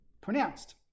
pronounced